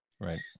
Right